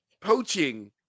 poaching